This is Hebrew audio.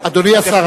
אדוני השר,